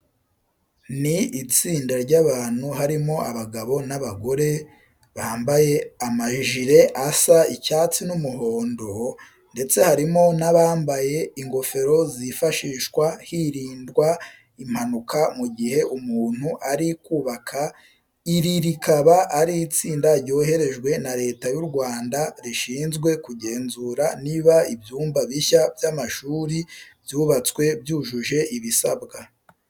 Ni itsinda ry'abantu harimo abagabo n'abagore, bambaye amajire asa icyatsi n'umuhondo, ndetse harimo n'abambaye ingofero zifashishwa hirindwa impanuka mu gihe umuntu ari kubaka. Iri rikaba ari itsinda ryoherejwe na Leta y'u Rwanda rishinzwe kugenzura niba ibyumba bishya by'amashuri byubatswe byujuje ibisabwa.